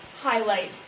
highlight